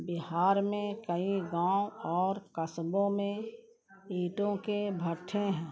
بہار میں کئی گاؤں اور قصبوں میں اینٹوں کے بھٹے ہیں